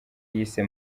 yise